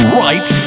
right